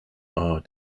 are